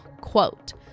Quote